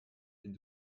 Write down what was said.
wenn